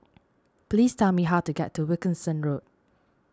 please tell me how to get to Wilkinson Road